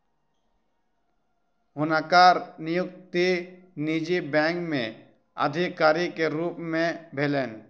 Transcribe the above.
हुनकर नियुक्ति निजी बैंक में अधिकारी के रूप में भेलैन